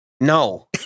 No